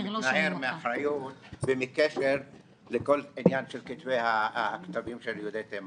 מתנער מאחריות ומקשר לכל עניין של הכתבים של יהודי תימן.